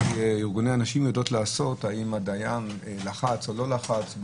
ארגוני הנשים יודעים לעשות האם הדיין לחץ או לא לחץ,